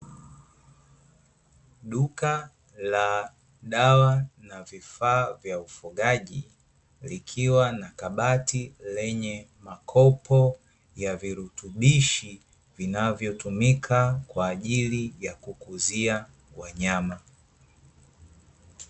Duka la dawa na vifaa vya ufugaji, likiwa na kabati lenye makopo ya virutubishi, vinavyotumika kwa ajili ya kukuzia wanyama.